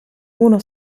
uno